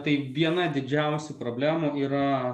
tai viena didžiausių problemų yra